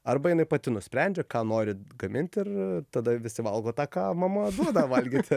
arba jinai pati nusprendžia ką nori gamint ir tada visi valgo tą ką mama duoda valgyt